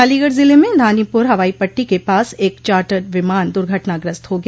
अलीगढ़ जिले में धानीपुर हवाई पट्टी के पास एक चार्टड विमान दुर्घटनाग्रस्त हो गया